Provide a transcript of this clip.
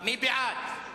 מי בעד?